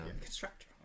Constructor